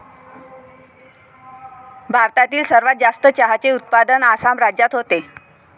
भारतातील सर्वात जास्त चहाचे उत्पादन आसाम राज्यात होते